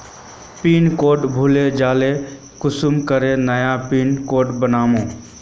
Pin code भूले जाले कुंसम करे नया पिन कोड बनाम?